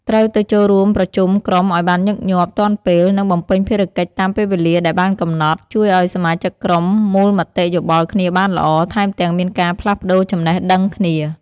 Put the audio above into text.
ត្រូវទៅចូលរួមប្រជុំក្រុមឱ្យបានញឹកញាប់ ទាន់ពេល និងបំពេញភារកិច្ចតាមពេលវេលាដែលបានកំណត់ ជួយឱ្យសមាជិកក្រុមមូលមតិយោបល់គ្នាបានល្អ ថែមទាំងមានការផ្លាស់ប្តូចំណេះដឹងគ្នា។